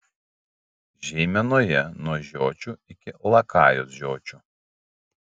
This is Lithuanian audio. žeimenoje nuo žiočių iki lakajos žiočių